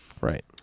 right